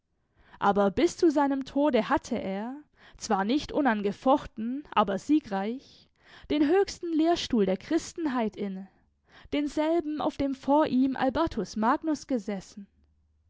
aber bis zu seinem tode hatte er zwar nicht unangefochten aber siegreich den höchsten lehrstuhl der christenheit inne denselben auf dem vor ihm albertus magnus gesessen